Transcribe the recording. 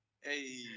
Hey